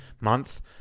month